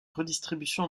redistribution